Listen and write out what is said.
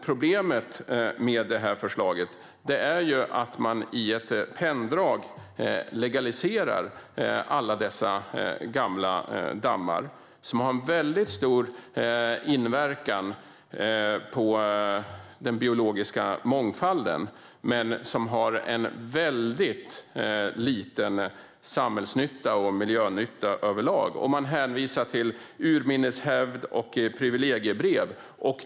Problemet med detta förslag är att man med ett penndrag legaliserar alla dessa gamla dammar, som har en mycket stor inverkan på den biologiska mångfalden men har en väldigt liten samhällsnytta och miljönytta överlag. Man hänvisar till urminnes hävd och privilegiebrev.